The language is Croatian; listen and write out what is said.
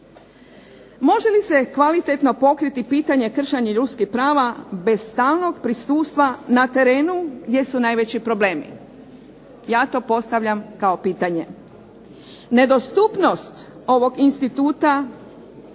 Može li se kvalitetno pokriti pitanje kršenja ljudskih prava bez stalnog prisustva na terenu gdje su najveći problemi. Ja to postavljam kao pitanje. Nedostupnost ovog instituta,